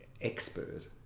expert